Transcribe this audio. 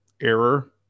error